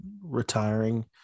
retiring